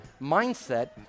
Mindset